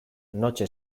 noche